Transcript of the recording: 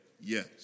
yes